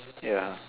ya